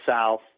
south